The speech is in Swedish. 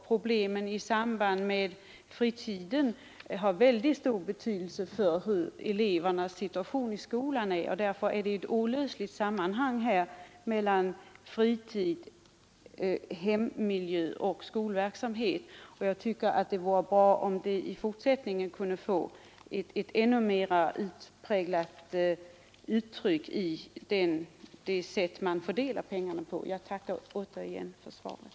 Problem i samband med fritiden har synnerligen stor inverkan på elevernas situation i skolan; fritid—-hemmiljö—skolverksamhet hänger olösligt samman. Det vore bra om insikten härom kunde få ett ännu mera utpräglat uttryck vid fördelningen av dessa pengar i fortsättningen. Jag tackar återigen för svaret.